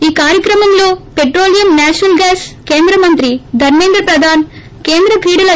ఈ కార్యక్రమంలో petroleum natural gas కేంద్ర మంత్రి ధర్మేంద్ర ప్రధాన్ కేంద్ర క్రీడల